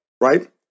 right